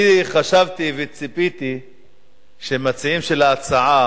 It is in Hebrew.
אני חשבתי וציפיתי שהמציעים של ההצעה